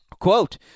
Quote